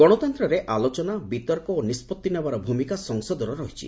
ଗଣତନ୍ତ୍ରରେ ଆଲୋଚନା ବିତର୍କ ଓ ନିଷ୍ପଭି ନେବାର ଭୂମିକା ସଂସଦର ରହିଛି